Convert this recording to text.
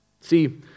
See